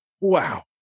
wow